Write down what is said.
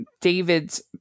David's